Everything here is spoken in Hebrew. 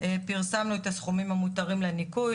פרסמנו את הסכומים המותרים לניכוי.